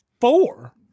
four